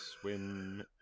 Swim